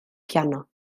piano